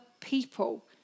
people